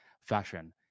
fashion